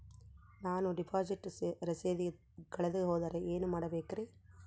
ನಾನು ಡಿಪಾಸಿಟ್ ರಸೇದಿ ಕಳೆದುಹೋದರೆ ಏನು ಮಾಡಬೇಕ್ರಿ?